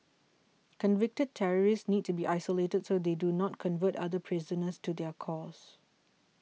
convicted terrorists need to be isolated so they do not convert other prisoners to their cause